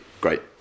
great